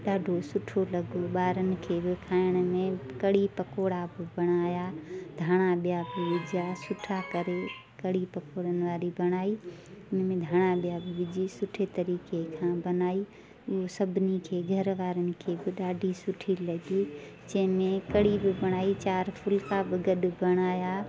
ॾाढो सुठो लॻो ॿारनि खे बि खाइण कढ़ी पकोड़ा बि बणाया धाणा ॿिया बि विझा सुठा करे कढ़ी पकोड़नि वारी बणाई उनमें धाणा ॿिया बि विझी सुठे तरीके़ सां बनाई इओ सभिनी खे घर वारनि खे बि ॾाढी सुठी लॻी जंहिंमे कढ़ी बि बणाई चारि फुलका बि गॾु बणाया